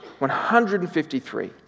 153